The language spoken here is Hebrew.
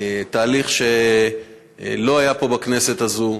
תהליך שלא היה פה בכנסת הזאת.